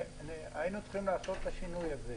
היינו צריכים לעשות את השינוי הזה.